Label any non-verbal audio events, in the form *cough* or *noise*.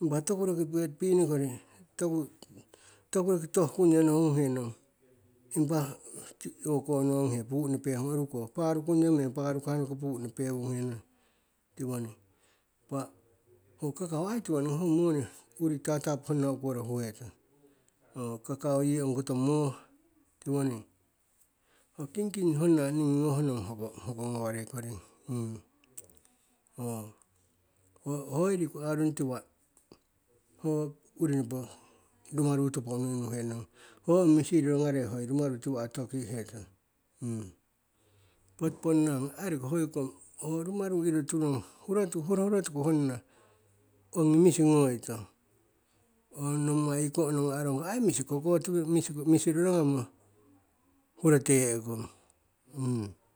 Impa toku roki wet bean kori, toku, toku roki tohkungyo nohung henong, impa o'okononghe punupe, ho oruko parukung yo meng, parukah noko pu'u nopewung henong, tiwo ning. Impa, ho kakau ai tiwoning ho moni uri tatapu honna ukoro huhetong. Ho kakau yi ongkoto mo, tiwoning. Ho kingking honna nigi gohnong hoko, hoko gawarei koring, *hesitation* hoyori riku arung tiwa'a ho urinopo rumaru topo unui unu henong. Ho misi rorogarei hoi rumaru tiwa'a tokih hetong. *hesitation* poti ponna ngi ai roki hoyoko ho rumaru iro turong, hurotu, hurohurotu ko honna, ongi misi goitong, ong nommai ko'ono ga'arong ai misi ko koti, misi, misi rorogamo hurote'e kong *hesitation*